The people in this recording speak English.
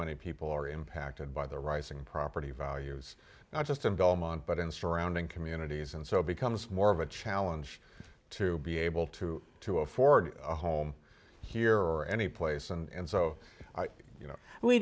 many people are impacted by the rising property values not just in dallman but in the surrounding communities and so it becomes more of a challenge to be able to to afford a home here or any place and so you know we